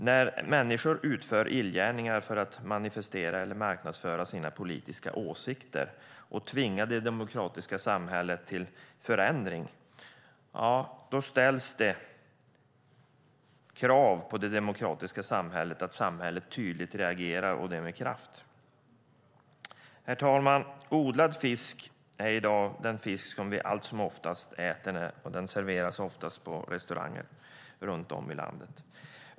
När människor utför illgärningar för att manifestera eller marknadsföra sina politiska åsikter och tvingar det demokratiska samhället till förändring ställs det krav på det demokratiska samhället att samhället tydligt reagerar och det med kraft. Herr talman! Odlad fisk är i dag den fisk som vi allt som oftast äter. Den serveras oftast på restauranger runt om i landet.